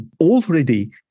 already